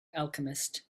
alchemist